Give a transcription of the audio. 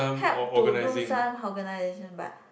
help to do some organization but